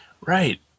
Right